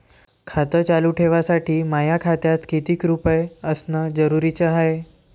खातं चालू ठेवासाठी माया खात्यात कितीक रुपये असनं जरुरीच हाय?